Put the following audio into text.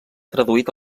traduït